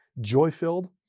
joy-filled